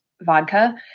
vodka